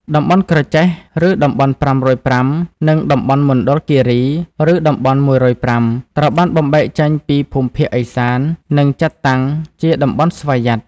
តំបន់ក្រចេះ (ឬតំបន់៥០៥) និងតំបន់មណ្ឌលគីរី (ឬតំបន់១០៥) ត្រូវបានបំបែកចេញពីភូមិភាគឦសាននិងចាត់តាំងជា តំបន់ស្វយ័ត។